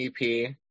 EP